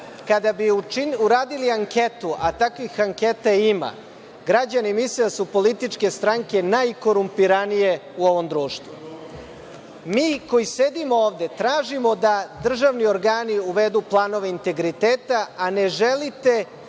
kada bi uradili anketu, a takvih anketa ima, građani misle da su političke stranke najkorumpiranije u ovom društvu. Mi koji sedimo ovde tražimo da državni organi uvedu planove integriteta, a ne želite